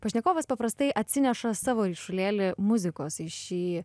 pašnekovas paprastai atsineša savo ryšulėlį muzikos į šį